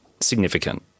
Significant